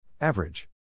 Average